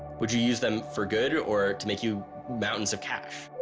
would you use them for good, or or to make you mounts of cash?